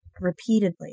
Repeatedly